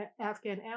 Afghan